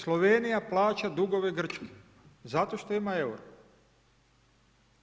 Slovenija plaća dugove Grčke, zato što ima EURO-o.